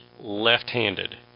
left-handed